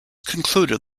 concluded